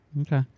Okay